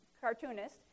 cartoonist